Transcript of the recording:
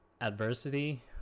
adversity